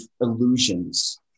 illusions